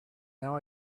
now